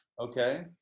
okay